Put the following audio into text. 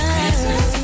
Christmas